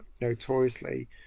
notoriously